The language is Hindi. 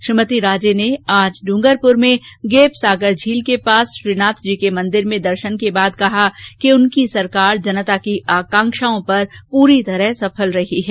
श्रीमती राजे ने आज डूंगरपुर में गेपसागर झील के पास श्रीनाथजी के मंदिर में दर्शन करने के बाद कहा कि उनकी सरकार जनता की आकांक्षाओं पर पूरी तरह सफल रही है